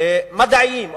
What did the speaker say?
דוחות מדעיים,